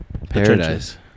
Paradise